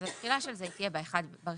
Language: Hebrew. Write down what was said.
אז התחילה של זה תהיה ב-1 באוגוסט.